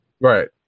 Right